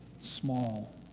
small